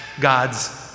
God's